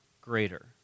greater